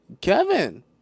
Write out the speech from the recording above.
Kevin